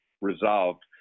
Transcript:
resolved